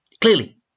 clearly